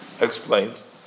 explains